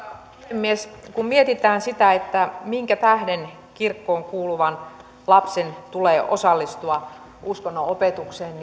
puhemies kun mietitään sitä että minkä tähden kirkkoon kuuluvan lapsen tulee osallistua uskonnonopetukseen